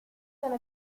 sono